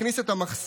הכניס את המחסנית,